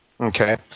Okay